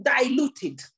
diluted